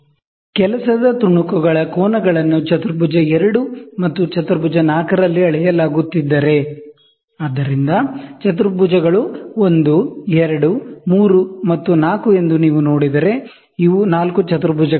work ಪೀಸ್ನ ತುಣುಕುಗಳ angle ಗಳನ್ನು ಕ್ವಾಡ್ರನ್ಟ್ 2 ಮತ್ತು ಕ್ವಾಡ್ರನ್ಟ್ 4 ರಲ್ಲಿ ಅಳೆಯಲಾಗುತ್ತಿದ್ದರೆ ಆದ್ದರಿಂದ ಕ್ವಾಡ್ರನ್ಟ್ 1 2 3 ಮತ್ತು 4 ಎಂದು ನೀವು ನೋಡಿದರೆ ಸರಿ ಇವು ನಾಲ್ಕು ಕ್ವಾಡ್ರನ್ಟ್ಗಳು